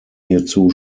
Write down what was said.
hierzu